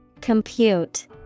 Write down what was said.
Compute